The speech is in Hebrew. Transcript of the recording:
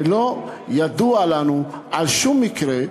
ולא ידוע לנו על שום מקרה,